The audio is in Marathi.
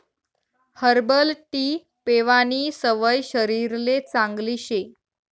हर्बल टी पेवानी सवय शरीरले चांगली शे